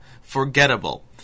forgettable